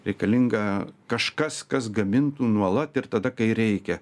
reikalingą kažkas kas gamintų nuolat ir tada kai reikia